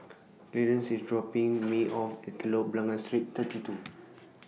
Clearence IS dropping Me off At Telok Blangah Street thirty two